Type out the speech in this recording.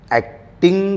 acting